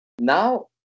now